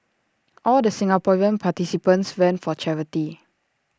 all the Singaporean participants ran for charity